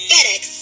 FedEx